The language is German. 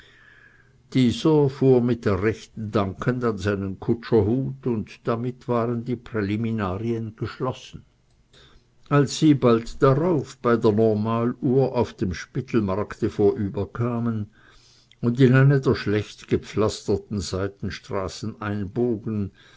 dieser fuhr mit der rechten dankend an seinen kutscherhut und damit waren die präliminarien geschlossen als sie bald darauf bei der normaluhr auf dem spittelmarkte vorüber kamen und in eine der schlechtgepflasterten seitenstraßen einbogen